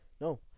No